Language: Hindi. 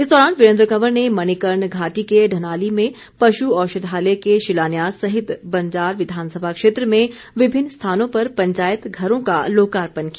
इस दौरान वीरेन्द्र कंवर ने मणिकर्ण घाटी के ढनाली में पशु औषधालय के शिलान्यास सहित बंजार विधानसभा क्षेत्र में विभिन्न स्थानों पर पंचायत घरों का लोकार्पण किया